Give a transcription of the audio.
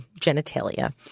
genitalia